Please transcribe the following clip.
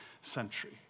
century